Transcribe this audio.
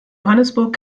johannesburg